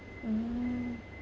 mm